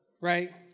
right